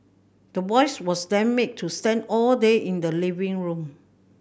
the boys was then made to stand all day in the living room